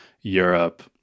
Europe